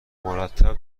مرتب